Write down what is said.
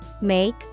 make